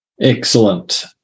Excellent